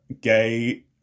gay